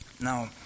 Now